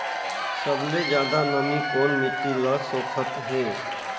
सबले ज्यादा नमी कोन मिट्टी ल सोखत हे?